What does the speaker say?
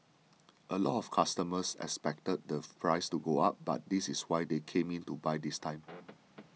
a lot of customers expected the price to go up but this is why they came in to buy this time